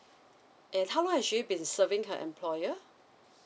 and how long has she been serving her employer